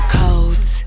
codes